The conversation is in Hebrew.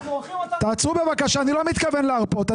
אני לא מתכוון להרפות.